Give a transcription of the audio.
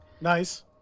Nice